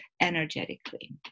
energetically